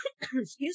excuse